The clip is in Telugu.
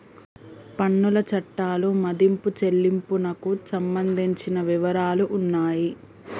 పన్నుల చట్టాలు మదింపు చెల్లింపునకు సంబంధించిన వివరాలు ఉన్నాయి